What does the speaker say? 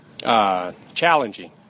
challenging